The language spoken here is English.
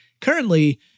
currently